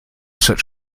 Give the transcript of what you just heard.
such